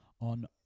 on